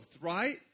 Right